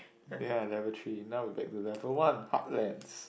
ya at level three now we back to level one heartlands